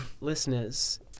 listeners